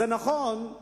זה נכון,